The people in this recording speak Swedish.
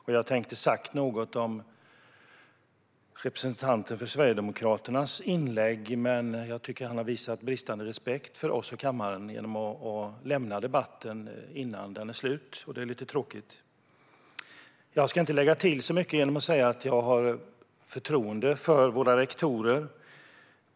Jag hade tänkt säga något om det inlägg som hölls av Sverigedemokraternas representant här. Jag tycker dock att han har visat bristande respekt för oss och kammaren genom att lämna debatten innan den är slut. Det är lite tråkigt. Jag ska inte lägga till så mycket, annat än att jag har förtroende för våra rektorer.